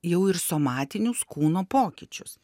jau ir somatinius kūno pokyčius